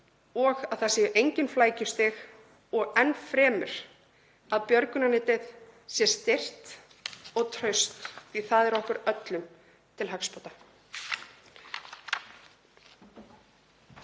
að það séu engin flækjustig og enn fremur að björgunarnetið sé styrkt og traust, því að það er okkur öllum til hagsbóta.